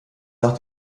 nach